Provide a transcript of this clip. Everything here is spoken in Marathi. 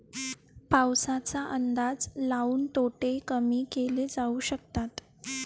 पाऊसाचा अंदाज लाऊन तोटे कमी केले जाऊ शकतात